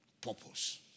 Purpose